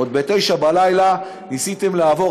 ועוד ב-21:00 ניסיתם לעבור,